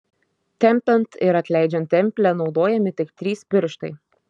tempiant ir atleidžiant templę naudojami tik trys pirštai